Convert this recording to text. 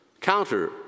counter